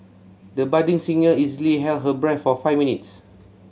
the budding singer easily held her breath for five minutes